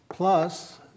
plus